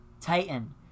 titan